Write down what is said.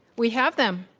we have them.